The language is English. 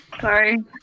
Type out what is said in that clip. Sorry